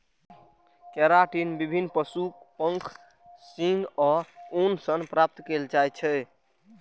keratin विभिन्न पशुक पंख, सींग आ ऊन सं प्राप्त कैल जाइ छै